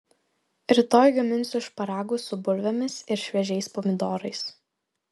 rytoj gaminsiu šparagus su bulvėmis ir šviežiais pomidorais